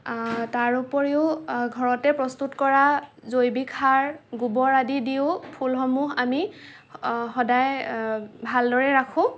তাৰ উপৰিও ঘৰতে প্ৰস্তুত কৰা জৈৱিক সাৰ গোবৰ আদি দিওঁ ফুলসমূহ আমি সদায় ভালদৰে ৰাখো